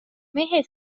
mehe